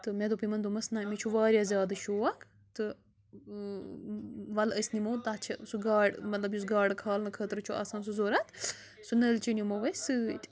تہٕ مےٚ دوٚپ یِمَن دوٚپمَس نہَ مےٚ چھُ واریاہ زیادٕ شوق تہٕ وَلہٕ أسۍ نِمو تَتھ چھِ سُہ گاڈٕ مطلب یُس گاڈٕ کھالنہٕ خٲطرٕ چھُ آسان سُہ ضروٗرت سُہ نٔلچہِ نِمو أسۍ سۭتۍ